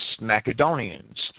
Macedonians